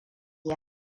yi